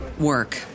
work